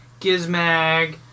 Gizmag